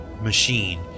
machine